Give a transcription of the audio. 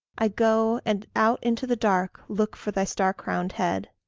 i go, and out into the dark look for thy star-crowned head.